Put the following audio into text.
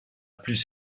plus